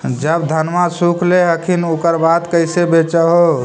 जब धनमा सुख ले हखिन उकर बाद कैसे बेच हो?